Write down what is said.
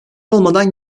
olmadan